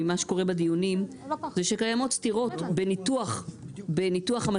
ממה שקורה בדיונים זה שקיימות סתירות בניתוח המצב.